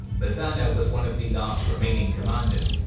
muthanna was one of the last remaining commanders,